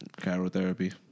Chirotherapy